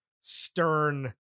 stern